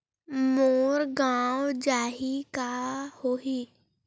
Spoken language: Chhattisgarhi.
मोर गंवा जाहि का होही?